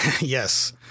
Yes